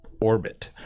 orbit